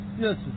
Yes